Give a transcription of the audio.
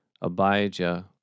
Abijah